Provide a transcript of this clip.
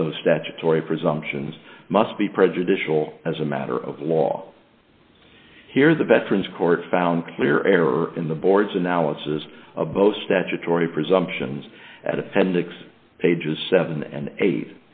of those statutory presumptions must be prejudicial as a matter of law here the veterans court found clear error in the board's analysis of both statutory presumptions at appendix pages seven and eight